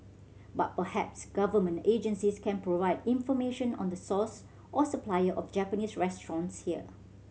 but perhaps Government agencies can provide information on the source or supplier of Japanese restaurants here